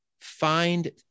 find